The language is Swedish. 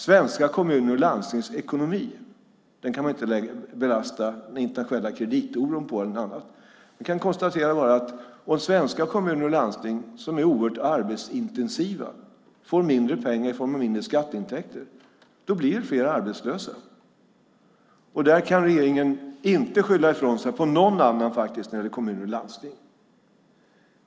Svenska kommuners och landstings ekonomi kan inte längre skyllas på den internationella kreditoron eller något annat. Vi kan konstatera att om svenska kommuner och landsting, som är oerhört arbetsintensiva, får mindre pengar i form av lägre skatteintäkter blir fler arbetslösa. Där kan regeringen inte skylla ifrån sig på någon annan när det gäller kommuner och landsting.